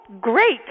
great